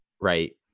Right